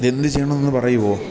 എന്ത് ചെയ്യണമെന്ന് പറയുമോ